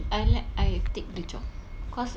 I like I take the job cause